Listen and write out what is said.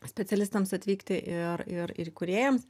specialistams atvykti ir ir ir įkūrėjams